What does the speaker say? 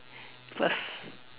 first